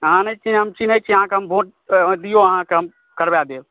अहाँ नहि छी हम चिन्है छी अहाँके वोट दियौ अहाँके हम करबा देब